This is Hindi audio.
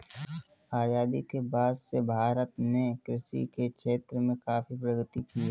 आजादी के बाद से भारत ने कृषि के क्षेत्र में काफी प्रगति की है